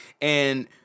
And-